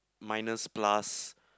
minus plus